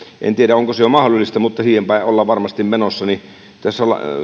jo mahdollista mutta siihen päin ollaan varmasti menossa tässä